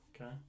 Okay